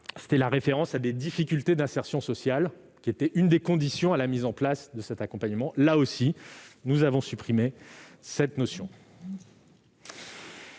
Sénat : la référence à des difficultés d'insertion sociale, lesquelles étaient une des conditions pour mettre en place l'accompagnement. Là aussi, nous avons supprimé cette notion.